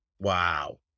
Wow